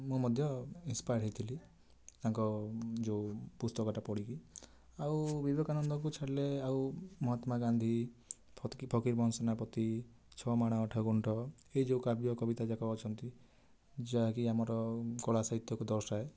ମୁଁ ମଧ୍ୟ ଇନସ୍ପାୟାର୍ଡ଼ ହେଇଥିଲି ତାଙ୍କ ଯେଉଁ ପୁସ୍ତକଟା ପଢ଼ିକି ଆଉ ବିବେକାନନ୍ଦକୁ ଛାଡ଼ିଲେ ଆଉ ମହାତ୍ମାଗାନ୍ଧୀ ଫକିର ମୋହନ ସେନାପତି ଛଅ ମାଣ ଆଠ ଗୁଣ୍ଠ ଏ ଯେଉଁ କାବ୍ୟ କବିତା ଯାକ ଅଛନ୍ତିି ଯାହାକି ଆମର କଳା ସାହିତ୍ୟକୁ ଦର୍ଶାଏ